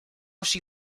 she